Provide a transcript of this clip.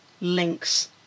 links